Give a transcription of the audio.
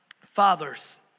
fathers